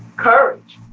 courage